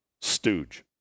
Stooge